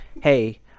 hey